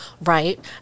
right